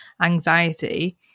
anxiety